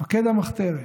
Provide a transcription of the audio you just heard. מפקד המחתרת